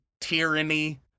tyranny